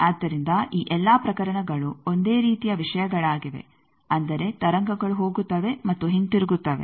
ಆದ್ದರಿಂದ ಈ ಎಲ್ಲಾ ಪ್ರಕರಣಗಳು ಒಂದೇ ರೀತಿಯ ವಿಷಯಗಳಾಗಿವೆ ಅಂದರೆ ತರಂಗಗಳು ಹೋಗುತ್ತವೆ ಮತ್ತು ಹಿಂತಿರುಗುತ್ತವೆ